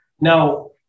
now